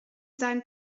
seinen